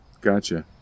Gotcha